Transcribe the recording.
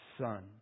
son